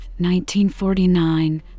1949